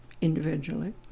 individually